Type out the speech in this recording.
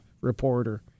Reporter